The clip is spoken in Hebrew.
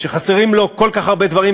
שחסרים לו כל כך הרבה דברים,